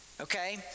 Okay